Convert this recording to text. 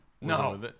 no